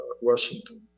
Washington